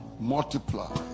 multiply